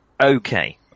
Okay